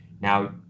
Now